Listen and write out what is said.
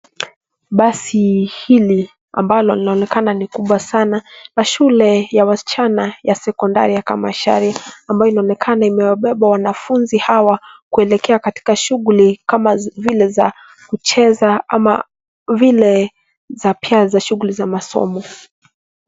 Basi hili ambalo linaonekana ni kubwa sana la shule ya wasichana ya sekondari ya Kamacharia ambayo inaonekana imewabeba wanafunzi hawa kuelekea katika shughuli kama zile za kucheza ama vile za pia za shughuli za masomo.